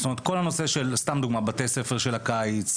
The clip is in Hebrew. כל הנושא של בתי ספר של הקיץ,